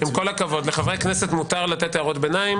עם כל הכבוד, לחברי הכנסת מותר לתת הערות ביניים.